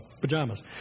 Pajamas